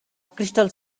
crystal